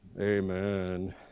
amen